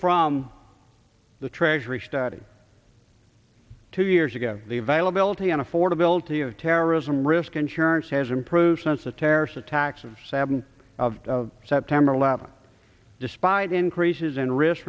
from the treasury study two years ago the availability and affordability of terrorism risk insurance has improved since the terrorist attacks of seven of september eleventh despite increases in risk